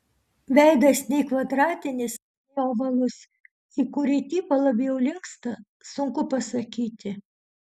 veidas nei kvadratinis nei ovalus į kurį tipą labiau linksta sunku pasakyti